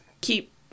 Keep